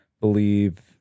believe